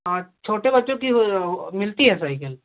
हाँ छोटे बच्चों की मिलती है साइकिल